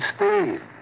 Steve